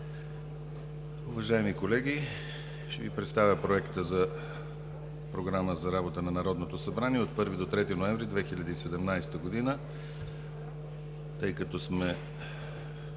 Уважаеми колеги, ще Ви представя Проекта за програма за работа на Народното събрание от 1 до 3 ноември 2017 г. Тъй като сме